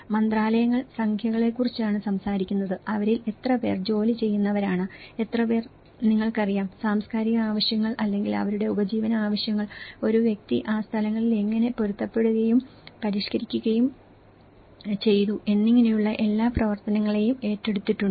മന്ത്രാലയങ്ങൾ സംഖ്യകളെക്കുറിച്ചാണ് സംസാരിക്കുന്നത് അവരിൽ എത്ര പേർ ജോലി ചെയ്യുന്നവരാണ് എത്രപേർ നിങ്ങൾക്കറിയാം സാംസ്കാരിക ആവശ്യങ്ങൾ അല്ലെങ്കിൽ അവരുടെ ഉപജീവന ആവശ്യങ്ങൾ ഒരു വ്യക്തി ഈ സ്ഥലങ്ങളിൽ എങ്ങനെ പൊരുത്തപ്പെടുത്തുകയും പരിഷ്ക്കരിക്കുകയും ചെയ്തു എന്നിങ്ങനെയുള്ള എല്ലാ പ്രവർത്തനങ്ങളും ഏറ്റെടുത്തിട്ടുണ്ട്